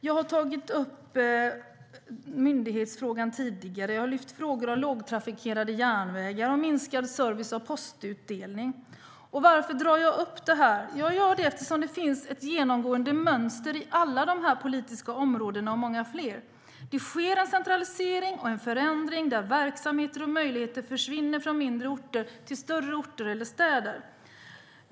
Jag har tagit upp myndighetsfrågan tidigare och lyft frågor om lågtrafikerade järnvägar och minskad service av postutdelning. Varför drar jag upp det? Jag gör det eftersom det finns ett genomgående mönster i alla de här politiska områdena och många fler. Det sker en centralisering och en förändring där verksamheter och möjligheter försvinner från mindre orter till större orter eller städer.